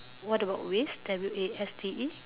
what about waste W A S T E